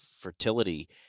fertility